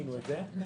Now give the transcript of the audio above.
שינינו את זה.